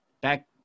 back